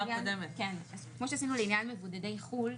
כמו שעשינו לעניין מבודדי חו"ל,